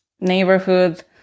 neighborhood